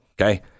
okay